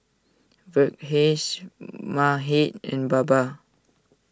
Verghese Mahade and Baba